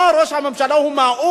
מה, ראש הממשלה הוא מהאו"ם?